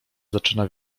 zaczyna